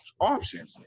option